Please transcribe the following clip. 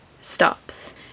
stops